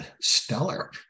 stellar